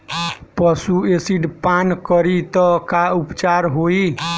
पशु एसिड पान करी त का उपचार होई?